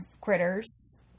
critters